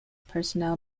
personnel